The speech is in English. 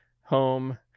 home